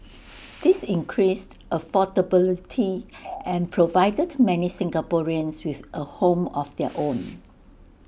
this increased affordability and provided many Singaporeans with A home of their own